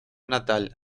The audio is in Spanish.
natal